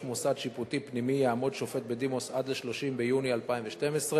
מוסד שיפוטי פנימי יעמוד שופט בדימוס עד 30 ביוני 2012,